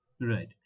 Right